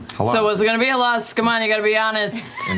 so what's it going to be, halas? come on, you got to be honest.